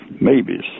maybes